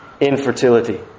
infertility